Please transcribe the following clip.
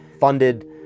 funded